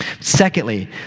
Secondly